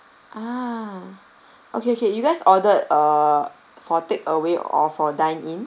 ah okay okay you guys ordered uh for take away or for dine in